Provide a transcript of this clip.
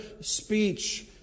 speech